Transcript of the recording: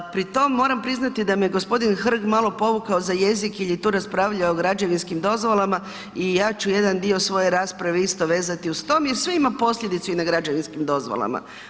Pri tom moram priznati da me g. Hrg malo povukao za jezik jer je tu raspravljao o građevinskim dozvolama i ja ću jedan dio svoje rasprave isto vezati uz to jer sve ima posljedicu i na građevinskim dozvolama.